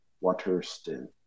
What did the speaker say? Waterston